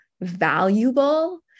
valuable